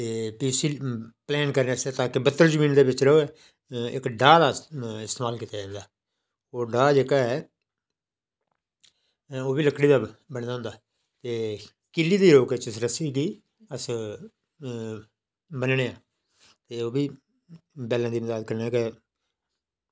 ते इसी ध्यान कन्नै करने बत्तर ज़मीन च रेहा इक ढाह् दा इस्तेमाल कीता जंदा ओह् ढाह् जेह्का ऐ ओह्बी लकड़ी दा बने दा होंदा ते किल्ली दी ओह् किश चीज रस्सी होंदी अस ब'न्ने आं की भई बल्दें दी मदाद कन्नै गै